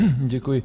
Děkuji.